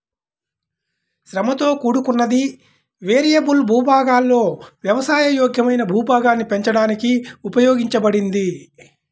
శ్రమతో కూడుకున్నది, వేరియబుల్ భూభాగాలలో వ్యవసాయ యోగ్యమైన భూభాగాన్ని పెంచడానికి ఉపయోగించబడింది